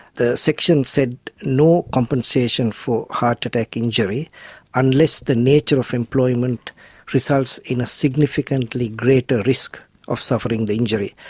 the section said no compensation for heart attack injury unless the nature of employment results in a significantly greater risk of suffering the injury.